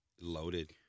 loaded